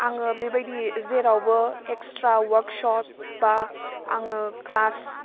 आङो बेबायदि जेरावबो एकस्रा अवार्कसप बा आङो ख्लास